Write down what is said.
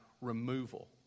removal